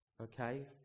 Okay